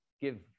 give